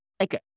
Okay